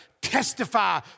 testify